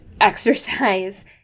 exercise